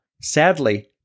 Sadly